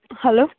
hello